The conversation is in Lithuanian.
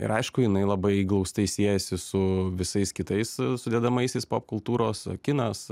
ir aišku jinai labai glaustai siejasi su visais kitais sudedamaisiais popkultūros o kinas